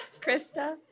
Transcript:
Krista